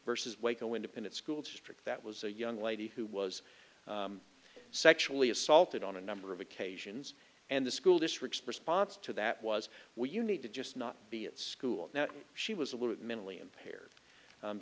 vs waco independent school district that was a young lady who was sexually assaulted on a number of occasions and the school districts response to that was well you need to just not be at school now she was a little mentally impaired